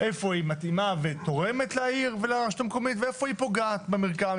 איפה היא מתאימה ותורמת לעיר ולרשות המקומית ואיפה היא פוגעת במרקם,